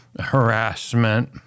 harassment